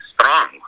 strong